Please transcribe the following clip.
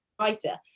writer